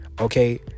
Okay